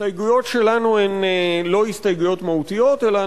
ההסתייגויות שלנו הן לא הסתייגויות מהותיות אלא